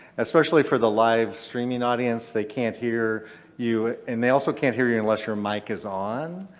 especially for the live streaming audience. they can't hear you and they also can't hear you unless your mic is on.